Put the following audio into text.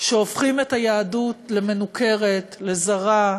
שהופכים את היהדות למנוכרת, לזרה,